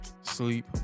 sleep